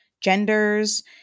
genders